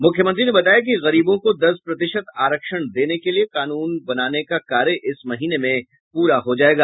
मुख्यमंत्री ने बताया कि गरीबों को दस प्रतिशत आरक्षण देने के लिए कानून बनाने का कार्य इस महीने में पूरा हो जायेगा